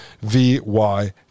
VY